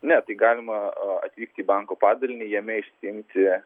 ne tai galima atvykti į banko padalinį jame išsiimti